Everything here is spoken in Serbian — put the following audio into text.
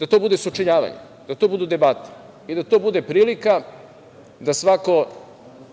da to bude sučeljavanje, da to budu debate i da to bude prilika da svako